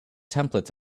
templates